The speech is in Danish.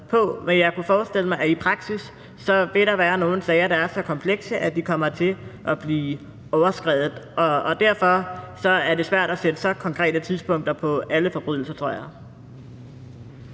men jeg kunne forestille mig, at der i praksis vil være nogle sager, der er så komplekse, at de kommer til at blive overskredet. Derfor er det svært at sætte så konkrete tidsangivelser på alle forbrydelser, tror jeg.